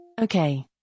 Okay